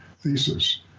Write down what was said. thesis